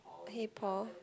hey Paul